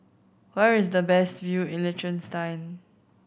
where is the best view in Liechtenstein